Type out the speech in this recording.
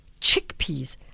chickpeas